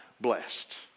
Blessed